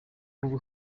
ubu